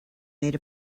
made